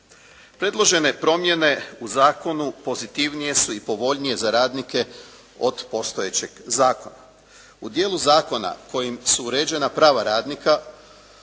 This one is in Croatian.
Predložene promjene u zakonu pozitivnije su i povoljnije za radnike od postojećeg zakona. U djelu zakona u kojem su uređena prava radnika